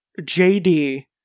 jd